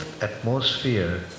atmosphere